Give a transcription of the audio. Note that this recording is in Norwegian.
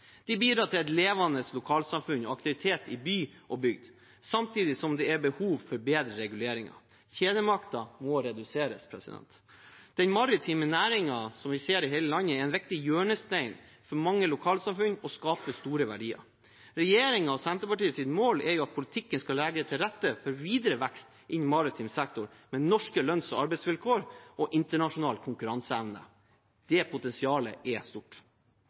De bidrar til levende lokalsamfunn og aktivitet i by og bygd, samtidig som det er behov for bedre reguleringer. Kjedemakten må reduseres. Den maritime næringen som vi ser i hele landet, er en viktig hjørnestein i mange lokalsamfunn og skaper store verdier. Regjeringen og Senterpartiets mål er at politikken skal legge til rette for videre vekst innen maritim sektor, med norske lønns- og arbeidsvilkår og internasjonal konkurranseevne. Det potensialet er stort.